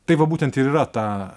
tai va būtent ir yra ta